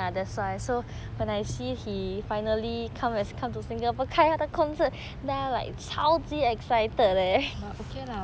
but okay lah